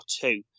two